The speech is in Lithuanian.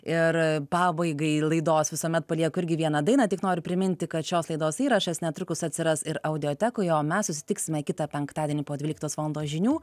ir pabaigai laidos visuomet palieku irgi vieną dainą tik noriu priminti kad šios laidos įrašas netrukus atsiras ir audiotekoje o mes susitiksime kitą penktadienį po dvyliktos valandos žinių